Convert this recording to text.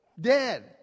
dead